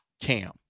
cam